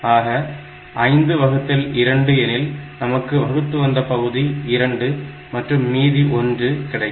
ஆக 5 வகுத்தல் 2 எனில் நமக்கு வகுத்து வந்த பகுதி 2 மற்றும் மீதி 1 கிடைக்கும்